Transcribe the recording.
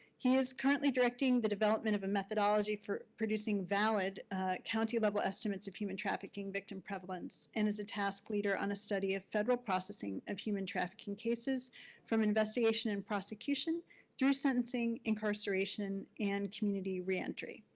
he's currently directing the development of a methodology for producing valid county-level estimates of human trafficking victim prevalence and is a task leader on a study of federal processing of human trafficking cases from investigation in prosecution through sentencing, incarceration, and community reentry.